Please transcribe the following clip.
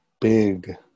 big